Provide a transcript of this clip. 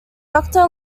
doctor